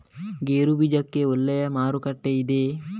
ಗೇರು ಬೀಜಕ್ಕೆ ಒಳ್ಳೆಯ ಮಾರುಕಟ್ಟೆ ಇದೆಯೇ?